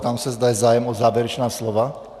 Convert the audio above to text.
Ptám se, zda je zájem o závěrečná slova.